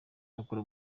akora